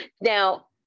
now